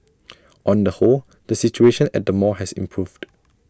on the whole the situation at the mall has improved